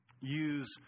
use